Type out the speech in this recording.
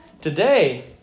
Today